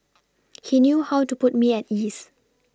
he knew how to put me at ease